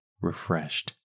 refreshed